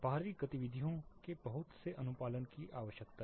बाहरी गतिविधियों के बहुत से अनुपालन की आवश्यकता है